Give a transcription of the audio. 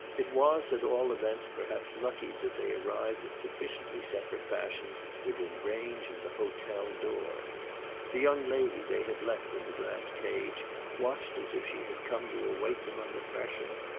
it was at all events perhaps lucky that they arrived in sufficiently separate fashion within range of the hotel-door. the young lady they had left in the glass cage watched as if she had come to await them on the threshold.